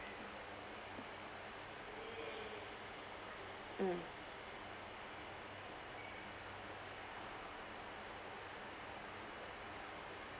mm